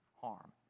harm